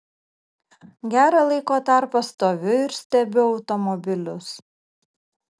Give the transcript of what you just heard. gerą laiko tarpą stoviu ir stebiu automobilius